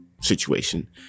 situation